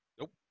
Nope